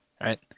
right